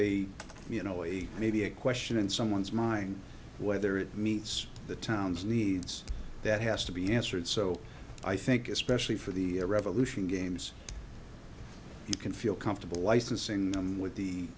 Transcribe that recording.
a you know a maybe a question in someone's mind whether it meets the town's needs that has to be answered so i think especially for the revolution games you can feel comfortable licensing them with the